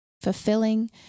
fulfilling